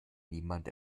niemand